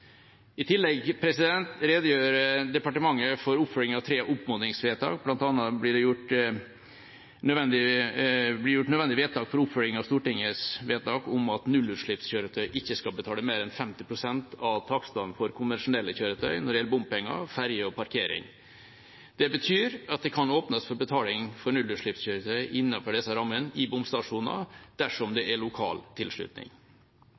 I tillegg redegjør departementet for oppfølging av tre anmodningsvedtak. Blant annet blir det gjort nødvendige vedtak for oppfølging av Stortingets vedtak om at nullutslippskjøretøy ikke skal betale mer enn 50 pst. av takstene for konvensjonelle kjøretøy når det gjelder bompenger, ferge og parkering. Det betyr at det kan åpnes for betaling av nullutslippskjøretøy innenfor disse rammene i bomstasjoner dersom det er lokal tilslutning